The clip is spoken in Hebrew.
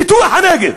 פיתוח הנגב?